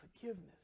forgiveness